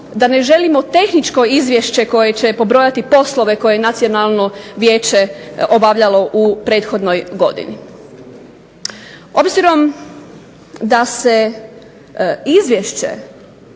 da ne želimo tehničko izvješće koje će pobrojati poslove koje Nacionalno vijeće je obavljalo u prethodnoj godini. Obzirom da se izvješće